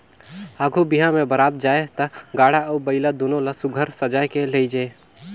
आघु बिहा मे बरात जाए ता गाड़ा अउ बइला दुनो ल सुग्घर सजाए के लेइजे